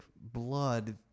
blood